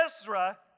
Ezra